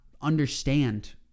understand